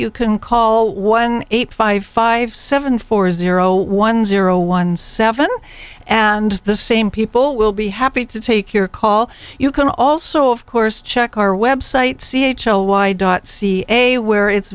you can call one eight five five seven four zero one zero one seven and the same people will be happy to take your call you can also of course check our web site c h l y dot ca where it's